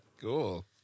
Cool